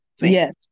Yes